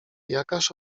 jakaż